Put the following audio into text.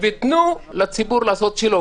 ותנו לציבור לעשות את שלו.